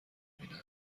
بینم